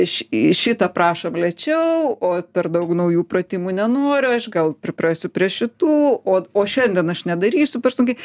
ši šitą prašom lėčiau o per daug naujų pratimų nenoriu aš gal priprasiu prie šitų o o šiandien aš nedarysiu per sunkiai